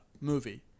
movie